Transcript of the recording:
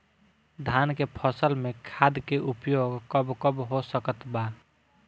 धान के फसल में खाद के उपयोग कब कब हो सकत बा?